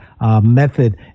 method